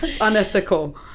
unethical